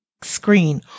screen